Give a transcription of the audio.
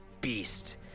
beast